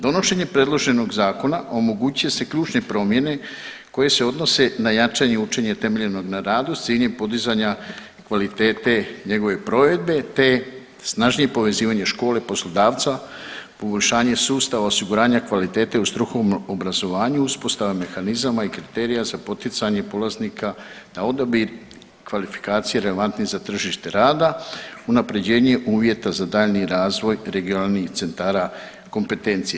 Donošenjem predloženog zakona omogućuju se ključne promjene koje se odnose na jačanje učenja temeljenog na radu s ciljem podizanja kvalitete njegove provedbe, te snažnije povezivanje škole i poslodavca, poboljšanje sustava osiguranja kvalitete u strukovnom obrazovanju, uspostava mehanizama i kriterija za poticanje polaznika na odabir kvalifikacije relevantne za tržište rada, unaprjeđenje uvjeta za daljnji razvoj regionalnih centara kompetencije.